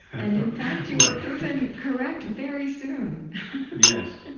and in fact, you were proven correct, very soon yes.